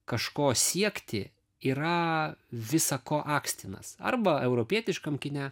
kažko siekti yra visa ko akstinas arba europietiškam kine